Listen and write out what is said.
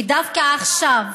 ודווקא עכשיו,